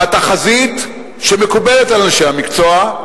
והתחזית שמקובלת על אנשי המקצוע,